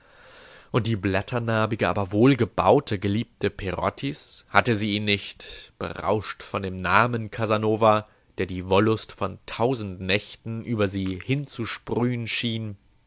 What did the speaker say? und die blatternarbige aber wohlgebaute geliebte perottis hatte sie ihn nicht berauscht von dem namen casanova der die wollust von tausend nächten über sie hinzusprühen schien